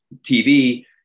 TV